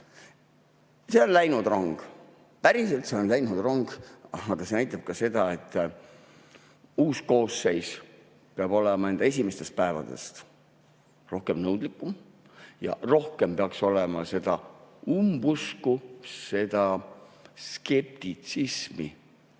on läinud rong, päriselt, see on läinud rong. Aga see näitab ka seda, et uus koosseis peab olema esimestest päevadest nõudlikum. Rohkem peaks olema umbusku, skeptitsismi,